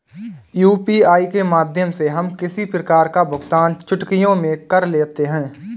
UPI के माध्यम से हम किसी प्रकार का भुगतान चुटकियों में कर लेते हैं